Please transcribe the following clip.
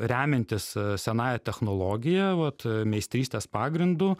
remiantis senąja technologija vat meistrystės pagrindu